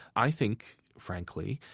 i think, frankly,